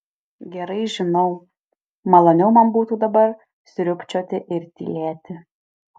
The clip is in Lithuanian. gerai žinau maloniau man būtų dabar sriubčioti ir tylėti